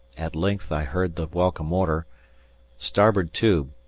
at length i heard the welcome order starboard tube.